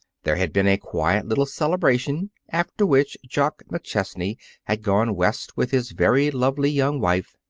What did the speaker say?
there had been a quiet little celebration, after which jock mcchesney had gone west with his very lovely young wife.